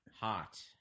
hot